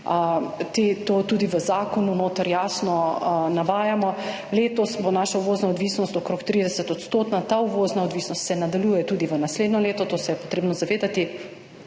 to tudi v zakonu notri jasno navajamo. Letos bo naša uvozna odvisnost okrog 30 odstotna, ta uvozna odvisnost se nadaljuje tudi v naslednje leto, to se je potrebno zavedati